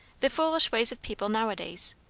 the foolish ways of people now-a-days.